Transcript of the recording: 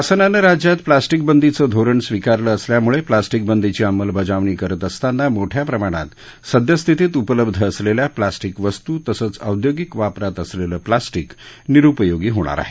शासनानं राज्यात प्लास्टीक बंदीचं धोरण स्वीकारलं असल्यामुळे प्लास्टिक बंदीची अंमलबजावणी करत असताना मोठ्या प्रमाणात सदयस्थितीत उपलब्ध असलेल्या प्लास्टिक वस्तू तसंच औद्योगिक वापरात असलेलं प्लास्टिक निरुपयोगी होणार आहे